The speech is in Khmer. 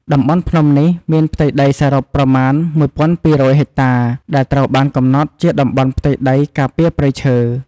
តំបន់ភ្នំនេះមានផ្ទៃដីសរុបប្រមាណ ១,២០០ ហិកតា ដែលត្រូវបានកំណត់ជាតំបន់ផ្ទៃដីការពារព្រៃឈើ។